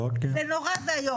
זה נורא ואיום.